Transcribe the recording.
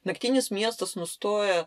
naktinis miestas nustoja